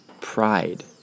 pride